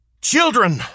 Children